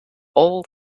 all